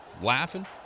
laughing